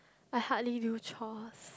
I hardly do chores